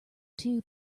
two